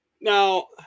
Now